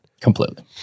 completely